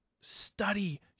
Study